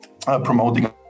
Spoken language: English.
promoting